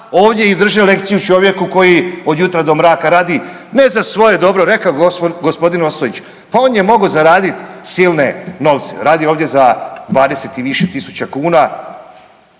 ovdje i drže lekciju čovjeku koji od jutra do mraka radi. Ne za svoje dobro, rekao je gospodin Ostojić pa on je mogao zaradit silne novce, radi ovdje za 20 i više tisuća kuna.